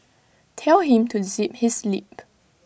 tell him to zip his lip